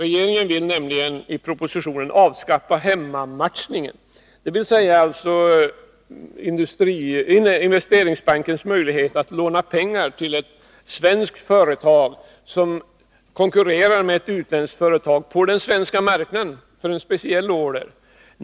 Regeringen vill nämligen i propositionen avskaffa hemmamatchningen, dvs. Investeringsbankens möjlighet att låna pengar till ett svenskt företag som konkurrerar med ett utländskt företag på den svenska marknaden när det gäller en speciell order.